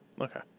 Okay